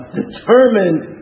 determined